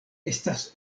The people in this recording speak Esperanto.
estas